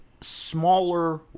smaller